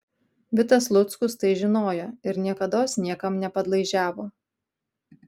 vitas luckus tai žinojo ir niekados niekam nepadlaižiavo